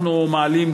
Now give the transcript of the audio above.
אנחנו מעלים כאן,